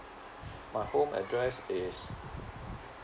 my home address is